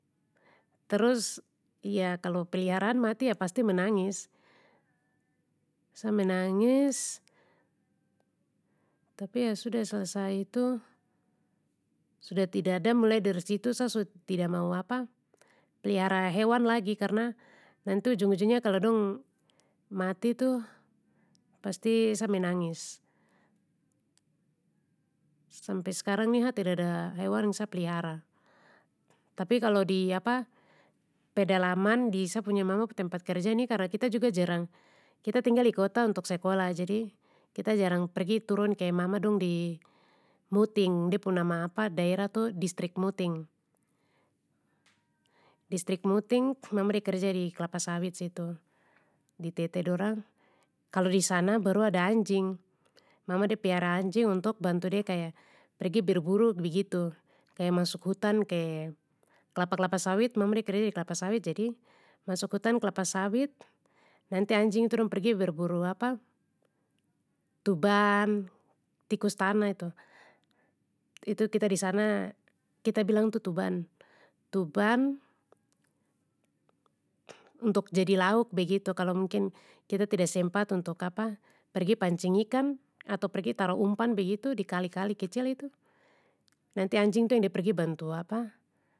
Terus, ya kalo pliharaan mati ya pasti menangis. Sa menangis. Tapi ya sudah selesai itu, sudah tidada mulai dari su tida mau apa plihara hewan lagi karna nanti ujung ujungnya kalo dong mati itu pasti sa menangis. Sampe skarang ni sa tidada hewan yang sa plihara, tapi kalo di pedalaman di sa punya mama pu tempat kerja ni karna kita juga jarang kita tinggal di kota untuk sekolah jadi kita jarang pergi turun ke mama dong di muting de pu nama daerah tu disrik muting, distik muting mama de kerja di kelapa sawit situ, di tete dorang, kalo disana baru ada anjing, mama de piara anjing untuk bantu de kaya pergi berburu begitu kaya masuk hutan ke, klapa klapa sawit mama de kerja di klapa sawit jadi, masuk hutan kelapa sawit nanti anjing itu dong pergi berburu tuban, tikus tanah tu, itu kita disana kita bilang tu tuban, tuban, untuk jadi lauk begitu kalo mungkin kita tida sempat untuk pergi pancing ikan atau pergi taruh umpan begitu di kali kali kecil itu, nanti anjing itu yang de pergi bantu.